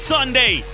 Sunday